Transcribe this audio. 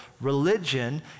religion